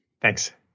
Thanks